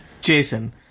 Jason